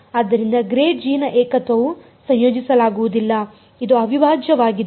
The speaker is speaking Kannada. ಆದ್ದರಿಂದ ಗ್ರಾಡ್ ಜಿ ನ ಏಕತ್ವವು ಸಂಯೋಜಿಸಲಾಗುವುದಿಲ್ಲ ಇದು ಅವಿಭಾಜ್ಯವಾಗಿದೆ